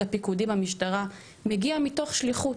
הפיקודי במשטרה מגיעים מתוך שליחות.